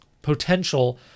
Potential